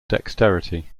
dexterity